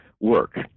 work